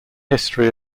history